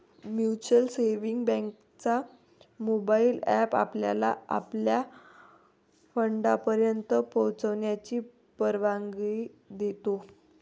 mutual savings बँकेचा mobile app आपल्याला आपल्या फंडापर्यंत पोहोचण्याची परवानगी देतो